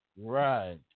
Right